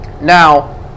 Now